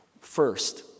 First